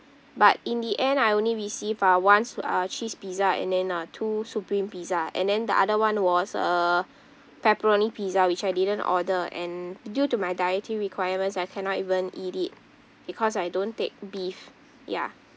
but in the end I only received uh one uh cheese pizza and then uh two supreme pizza and then the other one was a pepperoni pizza which I didn't order and due to my dietary requirements I cannot even eat it because I don't take beef ya